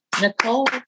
Nicole